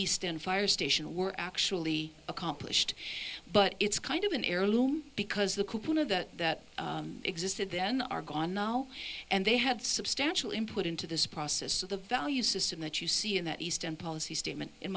eastern fire station were actually accomplished but it's kind of an heirloom because the coupon of that that existed then are gone now and they had substantial input into this process of the value system that you see in that east and policy statement in